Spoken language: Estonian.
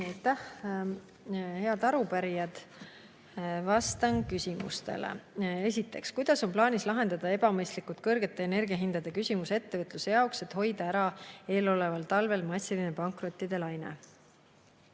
head arupärijad! Vastan küsimustele. Esiteks: "Kuidas on plaanis lahendada ebamõistlikult kõrgete energiahindade küsimus ettevõtluse jaoks, et hoida ära eeloleval talvel massiline pankrottide laine?"